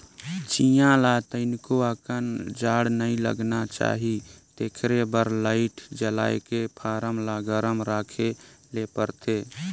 चीया ल तनिको अकन जाड़ नइ लगना चाही तेखरे बर लाईट जलायके फारम ल गरम राखे ले परथे